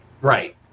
Right